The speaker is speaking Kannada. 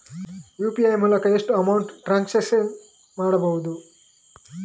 ಯು.ಪಿ.ಐ ಮೂಲಕ ಎಷ್ಟು ಅಮೌಂಟ್ ಟ್ರಾನ್ಸಾಕ್ಷನ್ ಮಾಡಬಹುದು?